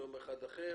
יום אחד מכולה אחרת,